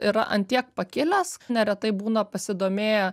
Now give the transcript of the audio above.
yra ant tiek pakilęs neretai būna pasidomėję